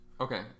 Okay